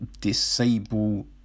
disable